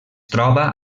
troba